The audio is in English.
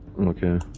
Okay